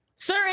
Sir